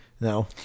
No